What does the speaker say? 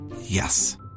yes